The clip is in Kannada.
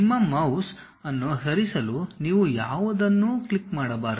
ನಿಮ್ಮ ಮೌಸ್ ಅನ್ನು ಸರಿಸಲು ನೀವು ಯಾವುದನ್ನೂ ಕ್ಲಿಕ್ ಮಾಡಬಾರದು